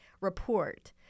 report